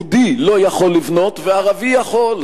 יהודי לא יכול לבנות וערבי יכול.